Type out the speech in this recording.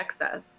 access